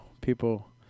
people